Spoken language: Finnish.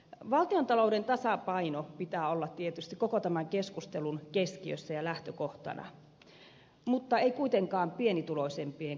valtiontalouden tasapainon pitää olla tietysti koko tämän keskustelun keskiössä ja lähtökohtana mutta ei kuitenkaan pienituloisimpien kustannuksella